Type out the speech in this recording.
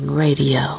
Radio